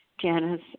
Janice